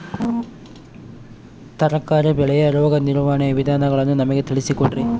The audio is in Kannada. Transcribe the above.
ತರಕಾರಿ ಬೆಳೆಯ ರೋಗ ನಿರ್ವಹಣೆಯ ವಿಧಾನಗಳನ್ನು ನಮಗೆ ತಿಳಿಸಿ ಕೊಡ್ರಿ?